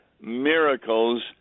miracles